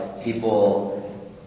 People